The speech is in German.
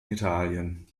italien